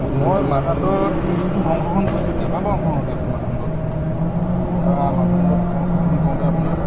মই অংশগ্ৰহণ কৰিছোঁ কেইবাবাৰ অংশগ্ৰহণ কৰিছোঁ আপোনাৰ অংশগ্ৰহণ কৰোঁতে আপোনাৰ